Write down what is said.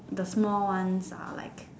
the small ones are like